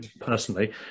personally